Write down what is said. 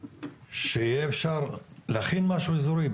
שיהיה אפשר להכין משהו אזורי,